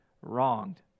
wronged